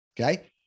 okay